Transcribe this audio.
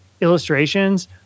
illustrations